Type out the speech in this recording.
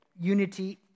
unity